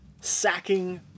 sacking